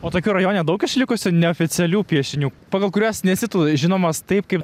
o tokių rajone daug išlikusių neoficialių piešinių pagal kuriuos nesi tu žinomas taip kaip